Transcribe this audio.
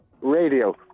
Radio